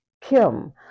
Kim